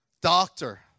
Doctor